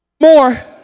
more